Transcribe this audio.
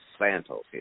Santos